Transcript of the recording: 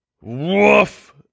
Woof